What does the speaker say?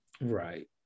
Right